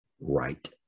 right